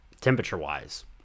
temperature-wise